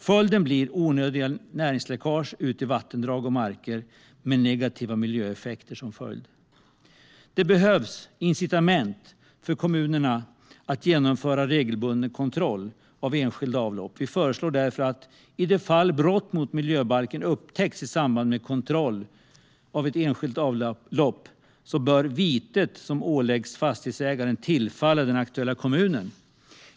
Följden blir onödiga näringsläckage ut i vattendrag och marker, med negativa miljöeffekter. Det behövs incitament för kommunerna att genomföra regelbunden kontroll av enskilda avlopp. Vi föreslår därför att i de fall brott mot miljöbalken upptäcks i samband med kontroll av ett enskilt avlopp bör vitet som åläggs fastighetsägaren tillfalla den aktuella kommunen.